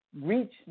reach